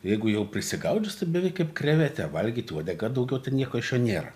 jeigu jau prisigaudžius tai beveik kaip krevetę valgyt uodega daugiau nieko iš jo nėra